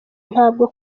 ntabwo